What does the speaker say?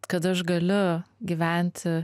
kad aš galiu gyventi